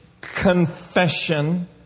confession